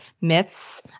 myths